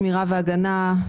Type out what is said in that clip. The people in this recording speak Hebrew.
שמירה והגנה,